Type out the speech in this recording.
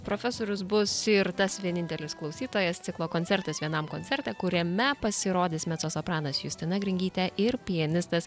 profesorius bus ir tas vienintelis klausytojas ciklo koncertas vienam koncerte kuriame pasirodys mecosopranas justina gringytė ir pianistas